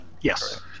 Yes